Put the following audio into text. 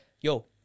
yo